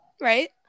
Right